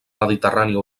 mediterrània